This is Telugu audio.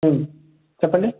మ్మ్ చెప్పండి